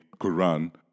Quran